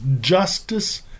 justice